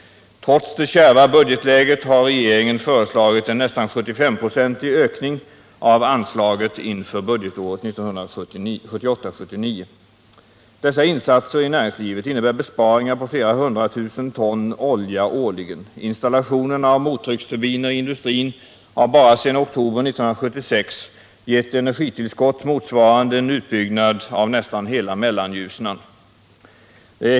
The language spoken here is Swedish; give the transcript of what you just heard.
Trots det kärva budgetläget har regeringen föreslagit en nästan 75-procentig ökning av anslaget inför budgetåret 1978/79. Dessa insatser i näringslivet innebär besparingar på flera hundratusen ton olja årligen. Installationerna av mottrycksturbiner i industrin har bara sedan oktober 1976 givit energitillskott motsvarande en utbyggnad av nästan hela Mellanljusnan.